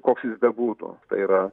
koks jis bebūtų tai yra